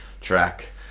track